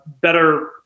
better